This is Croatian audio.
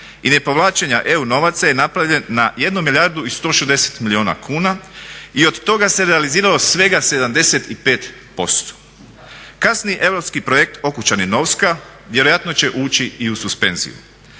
i ne povlačenja EU novaca je napravljen na 1 milijardu i 160 milijuna kuna i od toga se realiziralo svega 75%. Kasni europski projekt Okučani-Novska, vjerojatno će ući i u suspenziju.